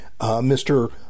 Mr